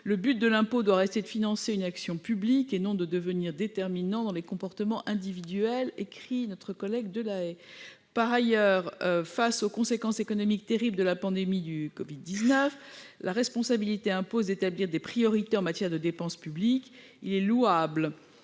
le but de l'impôt doit rester le financement d'une action publique et non devenir le déterminant des comportements individuels. Par ailleurs, face aux conséquences économiques terribles de la pandémie de covid-19, la responsabilité impose d'établir des priorités en matière de dépenses publiques. Aussi louable